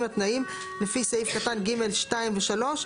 התנבאים לפי סעיף קטן (ג)(2) ו-(3).